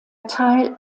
teil